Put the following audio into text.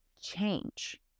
change